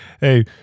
Hey